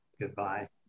goodbye